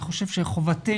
אני חושב שחובתנו